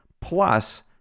plus